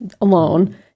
alone